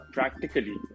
Practically